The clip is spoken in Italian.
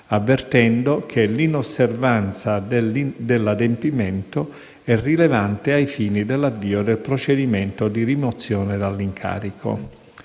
avvertendo che l'inosservanza dell'adempimento è rilevante ai fini dell'avvio del procedimento di rimozione dall'incarico.